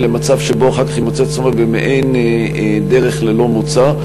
ולמצב שבו אחר כך היא נמצאת במעין דרך ללא מוצא.